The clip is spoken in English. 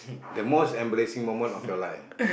the most embarrassing moment of your life